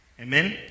Amen